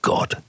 God